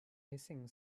hissing